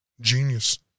genius